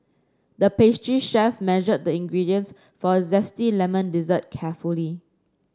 the pastry chef measured the ingredients for a zesty lemon dessert carefully